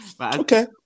Okay